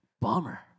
Bummer